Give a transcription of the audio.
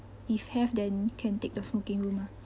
if have then can take the smoking room ah